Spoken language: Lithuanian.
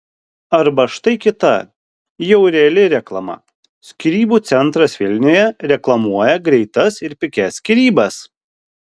arba štai kita jau reali reklama skyrybų centras vilniuje reklamuoja greitas ir pigias skyrybas